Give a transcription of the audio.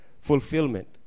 fulfillment